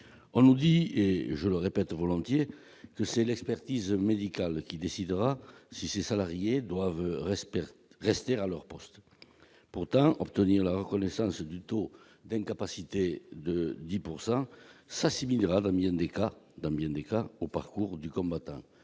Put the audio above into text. On nous dit que c'est l'expertise médicale qui décidera si les salariés doivent rester à leur poste. Pourtant, obtenir la reconnaissance d'un taux d'incapacité de 10 % équivaut, dans bien des cas, à un parcours du combattant.